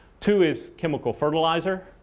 two is chemical fertilizer.